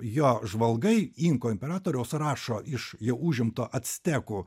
jo žvalgai inkų imperatoriaus rašo iš jau užimto actekų